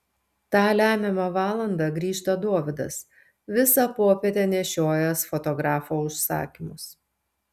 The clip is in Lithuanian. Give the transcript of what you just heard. tą lemiamą valandą grįžta dovydas visą popietę nešiojęs fotografo užsakymus